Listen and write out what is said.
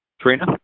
Trina